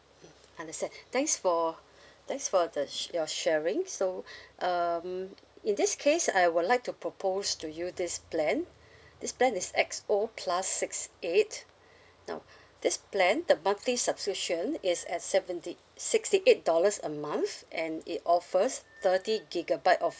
mm understand thanks for thanks for the sha~ your sharing so um in this case I would like to propose to you this plan this plan is X_O plus six eight now this plan the monthly subscription is at seventy sixty eight dollars a month and it offers thirty gigabyte of